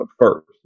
first